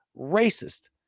racist